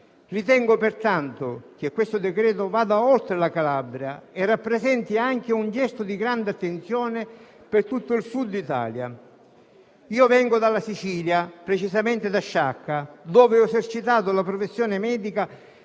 Ritengo pertanto che questo decreto-legge vada oltre la Calabria e rappresenti anche un gesto di grande attenzione per tutto il Sud Italia. Io vengo dalla Sicilia, precisamente da Sciacca, dove ho esercitato la professione medica